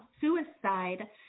suicide